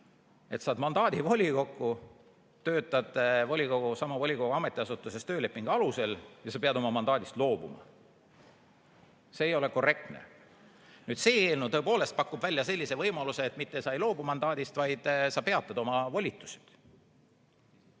et saad mandaadi volikokku, töötad sama volikogu ametiasutuses töölepingu alusel ja sa pead oma mandaadist loobuma. See ei ole korrektne. See eelnõu tõepoolest pakub välja sellise võimaluse, et mitte sa ei loobu mandaadist, vaid sa peatad oma volitused.